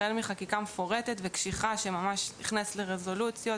החל מחקיקה מפורטת וקשיחה שממש נכנסת לרזולוציות,